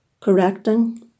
correcting